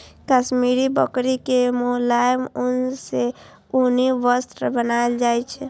काश्मीरी बकरी के मोलायम ऊन सं उनी वस्त्र बनाएल जाइ छै